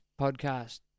podcast